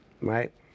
right